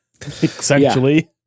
essentially